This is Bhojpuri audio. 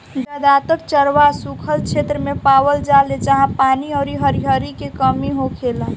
जादातर चरवाह सुखल क्षेत्र मे पावल जाले जाहा पानी अउरी हरिहरी के कमी होखेला